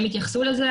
הם יתייחסו לזה,